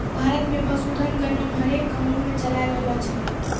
भारत मे पशुधन गणना हरेक गाँवो मे चालाय रहलो छै